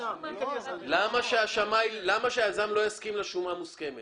למה שהיזם לא יסכים לשומה מוסכמת?